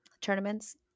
tournaments